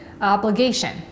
obligation